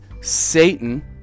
Satan